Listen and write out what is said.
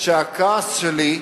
שהכעס שלי,